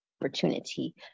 opportunity